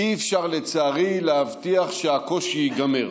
אי-אפשר, לצערי, להבטיח שהקושי ייגמר.